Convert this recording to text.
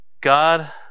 God